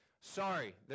sorry